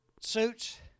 suits